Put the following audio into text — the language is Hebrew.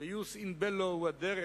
jus in bello הוא הדרך,